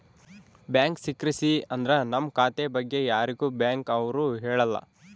bank secrecy ಅಂದ್ರ ನಮ್ ಖಾತೆ ಬಗ್ಗೆ ಯಾರಿಗೂ ಬ್ಯಾಂಕ್ ಅವ್ರು ಹೇಳಲ್ಲ